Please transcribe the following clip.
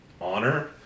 honor